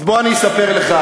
אז בוא אני אספר לך.